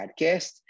podcast